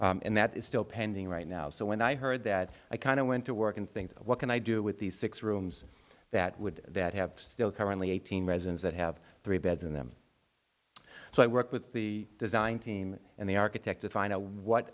medicare and that is still pending right now so when i heard that i kind of went to work and think what can i do with these six rooms that would that have still currently eighteen residents that have three beds in them so i work with the design team and the architect to find out what